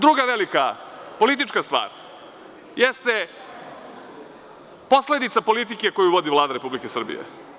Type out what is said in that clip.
Druga velika politička stvar jeste posledica politike koju vodi Vlada Republike Srbije.